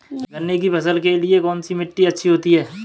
गन्ने की फसल के लिए कौनसी मिट्टी अच्छी होती है?